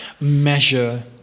measure